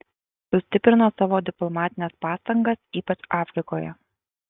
sustiprino savo diplomatines pastangas ypač afrikoje